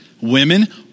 women